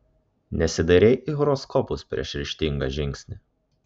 nesidairei į horoskopus prieš ryžtingą žingsnį